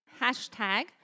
hashtag